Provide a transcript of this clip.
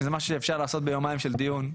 אם זה משהו שאפשר לעשות ביומיים של דיון,